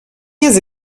years